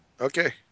Okay